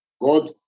God